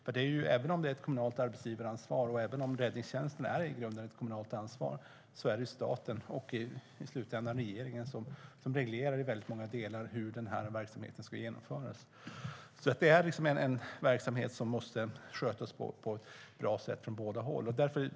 Även om räddningstjänsten i grunden är ett kommunalt ansvar och kommunerna har ett arbetsgivaransvar är det staten och i slutändan regeringen som i många delar reglerar hur verksamheten ska genomföras. Det är en verksamhet som måste skötas på ett bra sätt från båda håll.